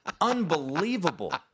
Unbelievable